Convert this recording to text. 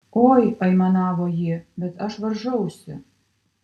oi aimanavo ji bet aš varžausi